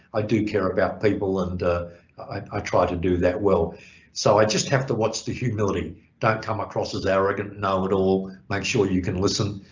i do care about people and i try to do that well so i just have to watch the humility don't come across as arrogant, know-it-all make sure you can listen.